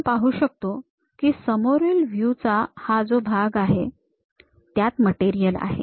आपण पाहू शकतो समोरील व्ह्यू चा हा जो भाग आहे त्यात मटेरियल आहे